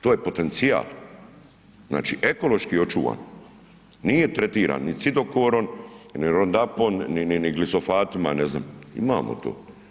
To je potencijal, znači ekološki očuvan, nije tretiran ni cidokorom, ni roundupom, ni glifosatima ne znam, imamo to.